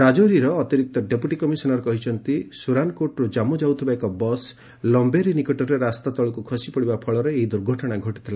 ରାଜୌରୀର ଅତିରିକ୍ତ deputy commissioner କହିଛନ୍ତି ସ୍ରରାନକୋର୍ଟର୍ ଜାମ୍ମ ଯାଉଥିବା ଏକ ବସ୍ ଲମ୍ଭେରି ନିକଟରେ ରାସ୍ତା ତଳକୃ ଖସି ପଡ଼ିବା ଫଳରେ ଏହି ଦୂର୍ଘଟଣା ଘଟିଥିଲା